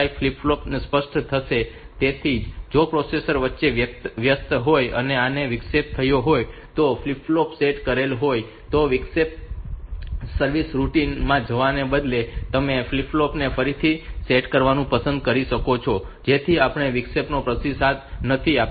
5 flip flop સ્પષ્ટ થશે તેથી જો પ્રોસેસર વચ્ચે વ્યસ્ત હોય અને તો પણ વિક્ષેપ થયો હોય અને ફ્લિપ ફ્લોપ સેટ કરેલ હોય તો વિક્ષેપ સર્વિસ રૂટિન માં જવાને બદલે તમે તે ફ્લિપ ફ્લોપને ફરીથી સેટ કરવાનું પસંદ કરી શકો છો જેથી આપણે વિક્ષેપનો પ્રતિસાદ નથી આપતાં